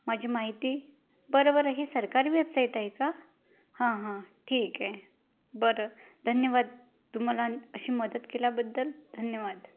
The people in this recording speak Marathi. माझी माहिती बरं बरं ही सरकारी वेबसाईट आहे का हां हां ठी आहे बरं धन्यवाद तू मला अशी मदत केल्याबद्दल धन्यवाद